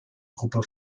gruppe